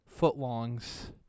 footlongs